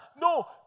No